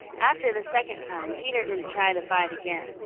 after the second time peter didn't try to fight again.